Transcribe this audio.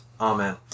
Amen